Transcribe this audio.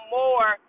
more